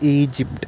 Egypt